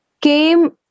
came